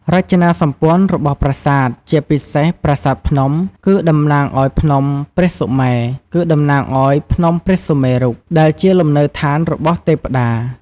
រចនាសម្ព័ន្ធរបស់ប្រាសាទ ជាពិសេសប្រាសាទភ្នំ គឺតំណាងឱ្យភ្នំព្រះសុមេរុ ដែលជាលំនៅឋានរបស់ទេព្តា។